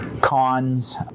Cons